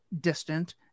distant